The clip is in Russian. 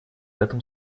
этом